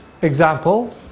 example